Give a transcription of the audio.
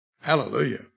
Hallelujah